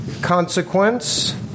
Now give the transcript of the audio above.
consequence